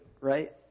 right